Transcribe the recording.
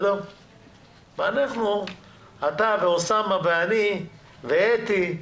אתה ואוסאמה ואני ואתי,